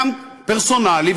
גם פרסונלי,